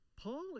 Paul